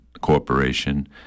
corporation